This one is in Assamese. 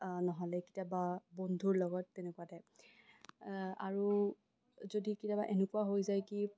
নহ'লে কেতিয়াবা বন্ধুৰ লগত তেনেকুৱা টাইপ আৰু যদি কেতিয়াবা এনেকুৱা হৈ যায় কি